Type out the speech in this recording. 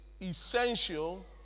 essential